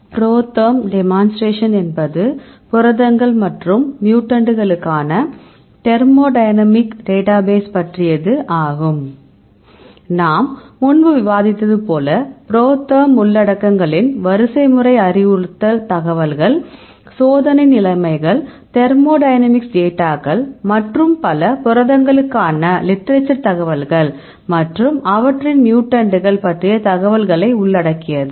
புரோதெர்ம் demonstration என்பது புரதங்கள் மற்றும் மியூட்டன்ட்களுக்கான தெர்மோடைனமிக் டேட்டாபேஸ் பற்றியது ஆகும் நாம் முன்பு விவாதித்தது போல ProTherm உள்ளடக்கங்களின் வரிசைமுறை அறிவுறுத்தல் தகவல்கள் சோதனை நிலைமைகள் தெர்மோடைனமிக்ஸ் டேட்டாக்கள் மற்றும் பல புரதங்களுக்கான லிட்ரேச்சர் தகவல்கள் மற்றும் அவற்றின் மியூட்டன்ட்கள் பற்றிய தகவல்களை உள்ளடக்கியது